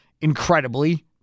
incredibly